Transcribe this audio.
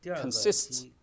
consists